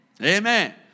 Amen